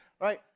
right